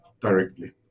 directly